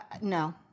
no